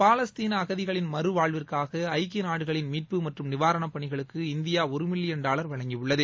பாலஸ்தீன அகதிகளின் மறு வாழ்விற்காக ஐக்கிய நாடுகளின் மீட்பு மற்றும் நிவாரண பணிகளுக்கு இந்தியா ஒரு மில்லியன் டாலர் வழங்கியுள்ளது